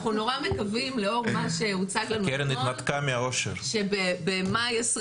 אנחנו נורא מקווים לאור מה שהוצג לנו אתמול שבמאי 2022